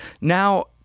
Now